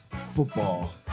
Football